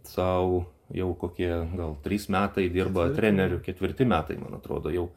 sau jau kokie gal trys metai dirba treneriu ketvirti metai man atrodo jau